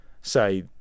say